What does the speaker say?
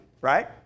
Right